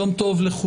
יום טוב לכולם.